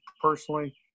personally